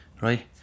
right